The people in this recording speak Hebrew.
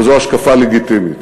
אבל זו השקפה לגיטימית.